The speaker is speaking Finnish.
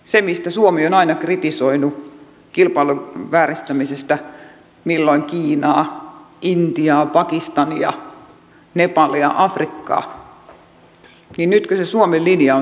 kun suomi on aina kritisoinut kilpailun vääristämisestä milloin kiinaa intiaa pakistania nepalia afrikkaa niin nytkö se suomen linja on sitten se sama